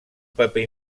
paper